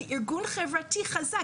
זה ארגון חברתי חזק.